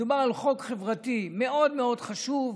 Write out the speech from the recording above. מדובר על חוק חברתי מאוד מאוד חשוב,